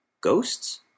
ghosts